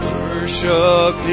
worship